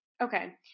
Okay